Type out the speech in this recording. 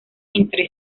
entre